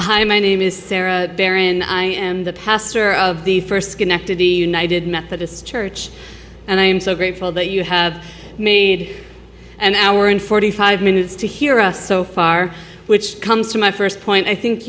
hi my name is sarah baron i am the pastor of the first schenectady united methodist church and i am so grateful that you have made an hour and forty five minutes to hear us so far which comes from my first point i think